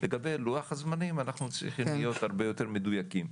לגבי לוח הזמנים אנחנו צריכים להיות הרבה יותר מדוייקים.